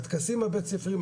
הטקסים הבית-ספריים,